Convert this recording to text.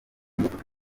mafoto